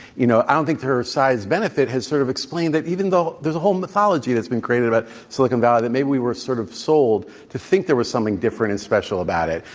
you know i think to her side's benefit has sort of explained that, even though there's a whole mythology that has been created about silicon valley, that maybe we were sort of sold to think that there was something different and special about it.